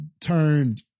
turned